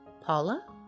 Paula